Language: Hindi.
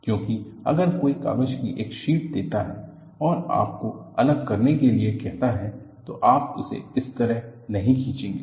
क्योंकि अगर कोई कागज की एक शीट देता है और आपको अलग करने के लिए कहता है तो आप इसे इस तरह नहीं खींचेंगे